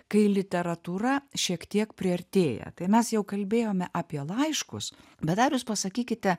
kai literatūra šiek tiek priartėja tai mes jau kalbėjome apie laiškus bet dar jūs pasakykite